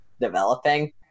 developing